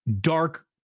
dark